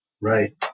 Right